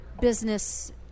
business